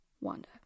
Wanda